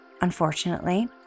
Unfortunately